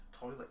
toilet